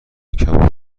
کباب